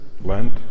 Lent